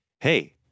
hey